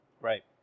Right